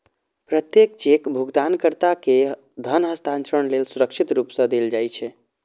प्रत्येक चेक भुगतानकर्ता कें धन हस्तांतरण लेल सुरक्षित रूप सं देल जाइ छै